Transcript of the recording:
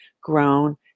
grown